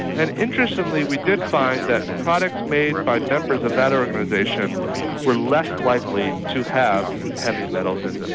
and interestingly we did find that products made by members of that organisation were less likely to have heavy metals in them.